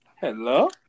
Hello